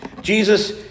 Jesus